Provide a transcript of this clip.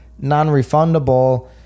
non-refundable